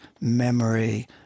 memory